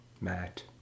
Matt